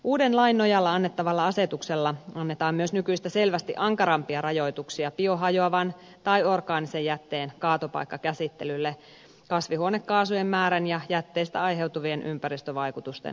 uuden lain nojalla annettavalla asetuksella annetaan myös nykyistä selvästi ankarampia rajoituksia biohajoavan tai orgaanisen jätteen kaatopaikkakäsittelylle kasvihuonekaasujen määrän ja jätteistä aiheutuvien ympäristövaikutusten vähentämiseksi